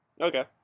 Okay